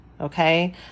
Okay